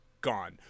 gone